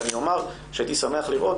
רק אני אומר שהייתי שמח לראות,